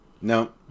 No